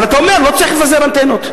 אבל אתה אומר: לא צריך לפזר אנטנות,